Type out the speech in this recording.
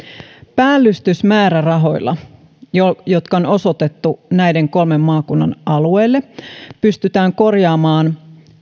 päällystysmäärärahoilla jotka jotka on osoitettu näiden kolmen maakunnan alueelle pystytään korjaamaan